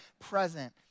present